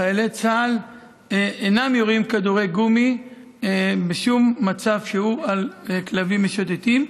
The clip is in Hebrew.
חיילי צה"ל אינם יורים כדורי גומי בשום מצב שהוא על כלבים משוטטים.